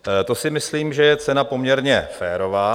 To si myslím, že je cena poměrně férová.